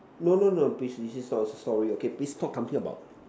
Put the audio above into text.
no no no please sorry please talk something about